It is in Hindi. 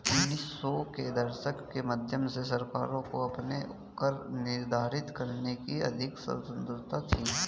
उन्नीस सौ के दशक के मध्य से सरकारों को अपने कर निर्धारित करने की अधिक स्वतंत्रता थी